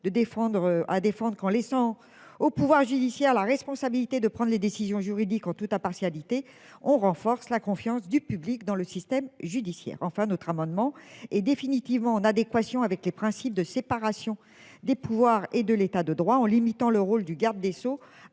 de défendre à défendre en laissant au pouvoir judiciaire, la responsabilité de prendre les décisions juridiques en toute ah partialité on renforce la confiance du public dans le système judiciaire enfin notre amendement est définitivement en adéquation avec les principes de séparation des pouvoirs et de l'état de droit en limitant le rôle du garde des Sceaux